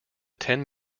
ten